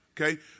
Okay